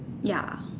ya